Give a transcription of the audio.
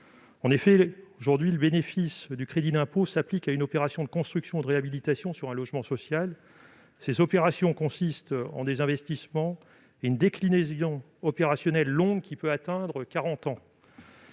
logement social. Le bénéfice du crédit d'impôt s'applique à une opération de construction ou de réhabilitation sur un logement social. Ces opérations consistent en des investissements et en une déclinaison opérationnelle longue, qui peut atteindre quarante